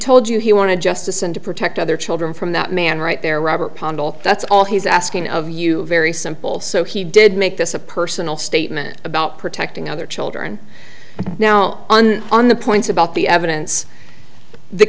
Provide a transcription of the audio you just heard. told you he wanted justice and to protect other children from that man right there robert lbl that's all he's asking of you very simple so he did make this a personal statement about protecting other children now and on the points about the evidence the